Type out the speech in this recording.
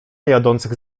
jadących